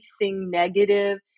negative